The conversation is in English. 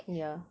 ya